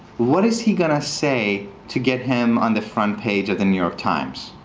what is he going to say to get him on the front page of in new york times?